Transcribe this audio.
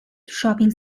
shopping